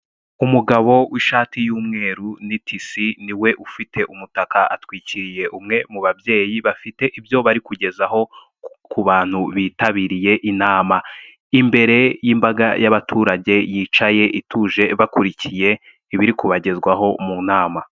Umugabo w'ishati y'umweru ni tisi niwe ufite umutaka atwikiriye umwe mu babyeyi bafite ibyo bari kugezaho ku bantu bitabiriye inama, imbere y'imbaga y'abaturage yicaye ituje bakurikiye ibiri kubagezwaho mu inama.